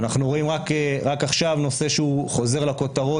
אנחנו רואים רק עכשיו נושא שחוזר לכותרות